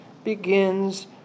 begins